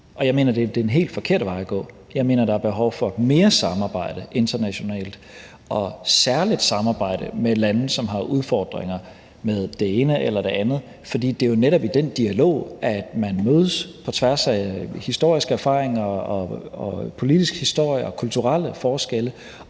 det er den helt forkerte vej at gå. Jeg mener, at der er behov for mere samarbejde internationalt og særlig samarbejde med lande, som har udfordringer med det ene eller det andet, for det er jo netop i den dialog, at man mødes på tværs af historiske erfaringer, politisk historie og kulturelle forskelle